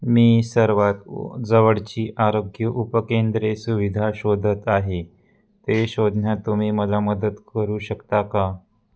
मी सर्वात जवळची आरोग्य उपकेंद्र सुविधा शोधत आहे ते शोधण्यात तुम्ही मला मदत करू शकता का